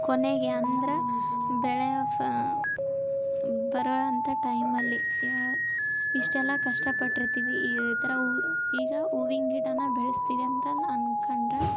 ಕೊನೆಗೆ ಅಂದ್ರೆ ಬೆಳೆ ಫ ಬರೋವಂಥ ಟೈಮಲ್ಲಿ ಈಗ ಇಷ್ಟೆಲ್ಲ ಕಷ್ಟಪಟ್ಟಿರ್ತೀವಿ ಈ ಥರ ಹೂವು ಈಗ ಹೂವಿನ್ ಗಿಡಾನ ಬೆಳೆಸ್ತೀವಿ ಅಂತ ಅನ್ಕೊಂಡ್ರೆ